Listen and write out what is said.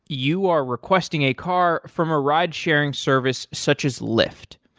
you are requesting a car from a ride-sharing service such as lyft.